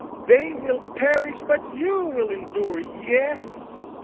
they will perish, but you will endure. yes,